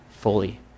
fully